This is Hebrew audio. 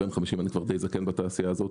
אני בן 50. אני כבר די זקן בתעשייה הזאת.